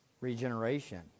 regeneration